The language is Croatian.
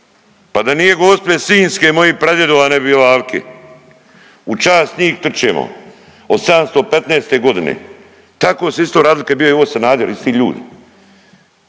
Pa da nije Gospe Sinjske i mojih pradjedova ne bi bilo Alke, u čast njih trčemo od 715.g. tako se isto radilo kad je bio Ivo Sanader isti ljudi.